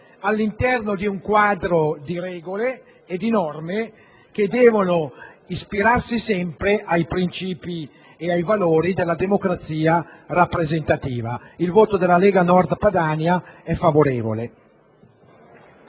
all'interno di un quadro di regole e di norme che devono ispirarsi sempre ai princìpi e ai valori della democrazia rappresentativa. Pertanto, il voto del Gruppo Lega Nord Padania al